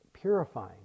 purifying